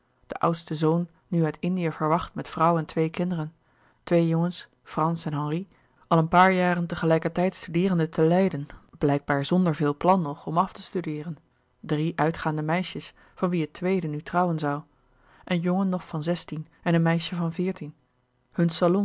de oudste zoon nu uit indië verwacht met vrouw en twee kinderen twee jongens frans en henri al een paar jaren tegelijkertijd studeerende te leiden blijkbaar zonder veel plan nog om af te studeeren drie uitgaande meisjes van wie het tweede nu trouwen zoû een jongen nog van zestien en een meisje van veertien hun